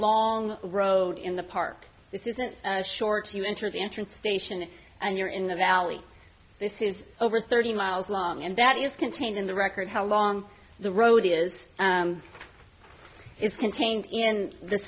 long road in the park this isn't short to interview transportation and you're in the valley this is over thirty miles long and that is contained in the record how long the road is it's contained in this